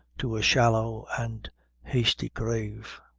to a shallow and hasty grave.